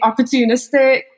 opportunistic